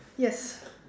yes